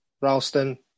Ralston